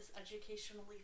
educationally